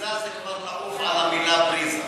בריזה זה כבר לעוף על המילה בריזה.